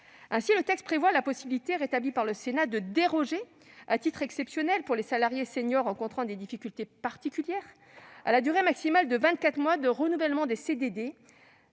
Ainsi, le texte prévoit la possibilité, rétablie par le Sénat, de déroger, à titre exceptionnel, pour les salariés seniors rencontrant des difficultés particulières, à la durée maximale de vingt-quatre mois de renouvellement des CDD